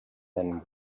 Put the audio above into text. then